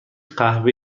قهوه